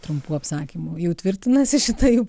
trumpų apsakymų jau tvirtinasi šita jų